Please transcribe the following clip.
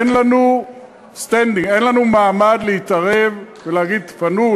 אין לנו מעמד להתערב ולהגיד: תפנו,